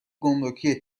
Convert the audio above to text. گمرکی